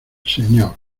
señor